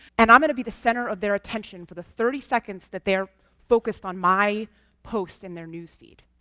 and i'm going to be the center of their attention for the thirty seconds that they're focused on my post in their news-feed.